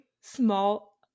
small –